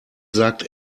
sagt